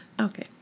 Okay